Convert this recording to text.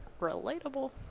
Relatable